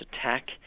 attack